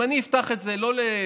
אם אני אפתח את זה לא ל-20,